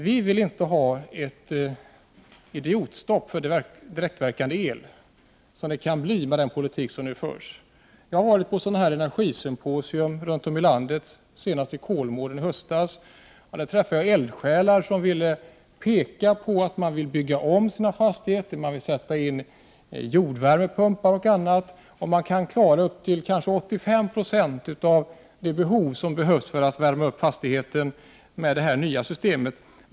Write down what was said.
Vi vill inte ha ett idiotstopp för direktverkande el — men det kan bli resultatet av den politik som nu förs. Jag har varit på energisymposier som anordnats runt om i landet, senast i höstas i Kolmården. Då träffade jag eldsjälar som pekade på att man vill bygga om fastigheter. Man vill installera jordvärmepumpar osv. Man kan kanske täcka upp till 85 20 av energibehovet med det nya systemet när det gäller uppvärmning av en fastighet.